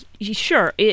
sure